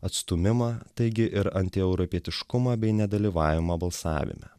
atstūmimą taigi ir antieuropietiškumą bei nedalyvavimą balsavime